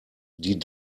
die